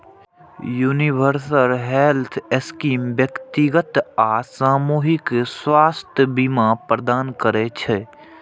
universal health scheme व्यक्तिगत आ सामूहिक स्वास्थ्य बीमा प्रदान करै छै